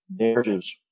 narratives